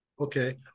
Okay